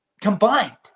combined